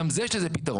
גם זה יש לזה פתרון.